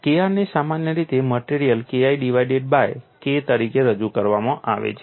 Kr ને સામાન્ય રીતે material KI divided by K તરીકે રજૂ કરવામાં આવે છે